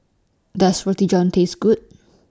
Does Roti John Taste Good